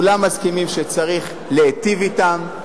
כולם מסכימים שצריך להטיב אתם,